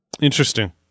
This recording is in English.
Interesting